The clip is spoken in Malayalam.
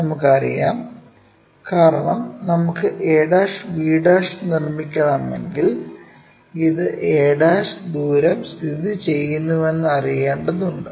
നമുക്ക് അറിയാം കാരണം നമുക്ക് ab നിർമ്മിക്കണമെങ്കിൽ ഇത് a ദൂരം സ്ഥിതിചെയ്യുന്നുവെന്ന് അറിയേണ്ടതുണ്ട്